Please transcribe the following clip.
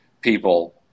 people